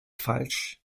falsch